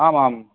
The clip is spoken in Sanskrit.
आम् आम्